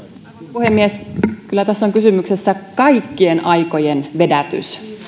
puhemies kyllä tässä on kysymyksessä kaikkien aikojen vedätys